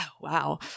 wow